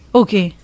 okay